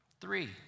Three